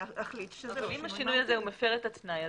אם בשינוי הזה הוא מפר את התנאי,